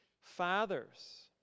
Fathers